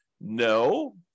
No